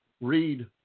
read